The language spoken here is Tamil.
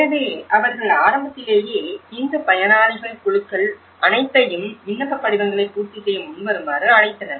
எனவே அவர்கள் ஆரம்பத்திலேயே இந்த பயனாளிகள் குழுக்கள் அனைத்தையும் விண்ணப்ப படிவங்களை பூர்த்தி செய்ய முன்வருமாறு அழைத்தனர்